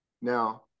Now